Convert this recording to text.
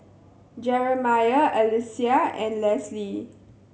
Jerimiah Alysia and Lesley